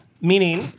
Meaning